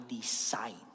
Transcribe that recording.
design